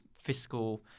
fiscal